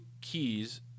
keys